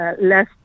Less